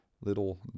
little